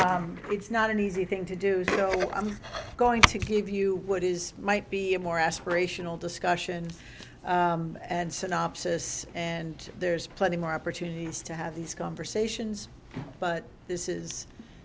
course it's not an easy thing to do so i'm going to give you what is might be a more aspirational discussion and synopsis and there's plenty more opportunities to have these conversations but this is